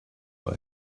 but